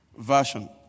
Version